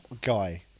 guy